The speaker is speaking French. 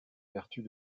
vertus